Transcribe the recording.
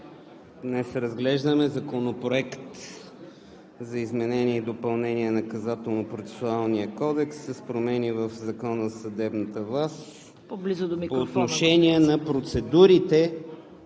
Днес разглеждаме Законопроекта за изменение и допълнение на Наказателно процесуалния кодекс – с промени в Закона за съдебната власт по отношение на процедурите